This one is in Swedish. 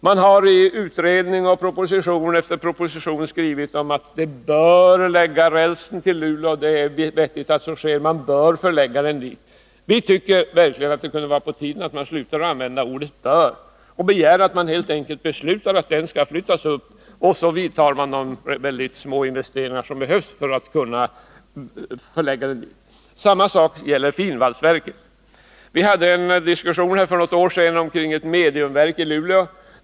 I utredning efter utredning och proposition efter proposition har det skrivits om att rälstillverkningen bör förläggas till Luleå. Vi tycker att det är på tiden att sluta använda ordet ”bör” och begär att man helt enkelt beslutar att denna tillverkning skall flyttas till Luleå samt att de små investeringar som behövs också blir utförda. Samma sak gäller finvalsverket. Vi hade för något år sedan en diskussion om ett mediumverk i Luleå.